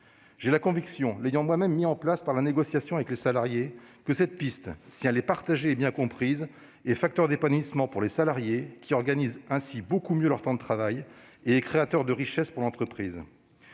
J'ai la conviction, l'ayant moi-même mise en place par la voie de la négociation, que cette piste, si elle est partagée et bien comprise, est facteur d'épanouissement pour les salariés, qui organisent ainsi beaucoup mieux leur temps de travail, et créateur de richesse pour l'entreprise.